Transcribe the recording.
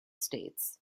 states